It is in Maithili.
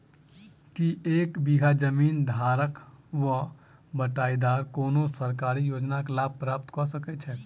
की एक बीघा जमीन धारक वा बटाईदार कोनों सरकारी योजनाक लाभ प्राप्त कऽ सकैत छैक?